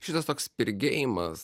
šitas toks spirgėjimas